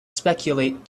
speculate